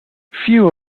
few